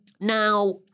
Now